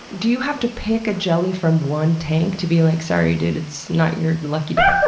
do you have to pick a jelly from one tank to be like, sorry, dude, it's not your lucky day?